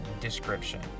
description